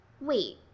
Wait